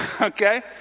okay